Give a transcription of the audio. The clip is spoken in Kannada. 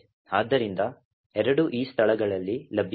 ಆದ್ದರಿಂದ ಎರಡೂ ಈ ಸ್ಥಳಗಳಲ್ಲಿ ಲಭ್ಯವಿದೆ